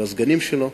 והסגנים שלו,